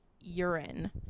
urine